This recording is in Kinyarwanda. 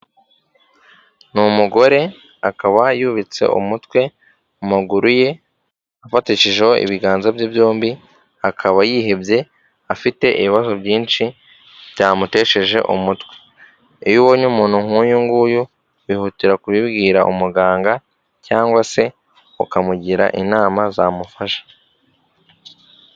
Ni umugore, akaba yubitse umutwe mu maguru ye, afatishijeho ibiganza bye byombi, akaba yihebye, afite ibibazo byinshi byamutesheje umutwe. Iyo ubonye umuntu nk'uyu nguyu, wihutira kubibwira umuganga, cyangwa se ukamugira inama zamufasha.